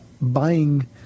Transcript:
buying